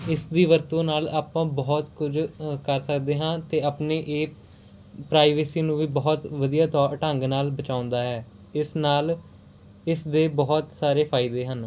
ਇਸ ਦੀ ਵਰਤੋਂ ਨਾਲ ਆਪਾਂ ਬਹੁਤ ਕੁਝ ਅ ਕਰ ਸਕਦੇ ਹਾਂ ਅਤੇ ਆਪਣੇ ਇਹ ਪ੍ਰਾਈਵੇਸੀ ਨੂੰ ਵੀ ਬਹੁਤ ਵਧੀਆ ਤੌ ਢੰਗ ਨਾਲ ਬਚਾਉਂਦਾ ਹੈ ਇਸ ਨਾਲ ਇਸ ਦੇ ਬਹੁਤ ਸਾਰੇ ਫਾਇਦੇ ਹਨ